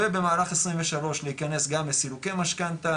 ובמהלך 2023 להיכנס גם לסילוקי משכנתא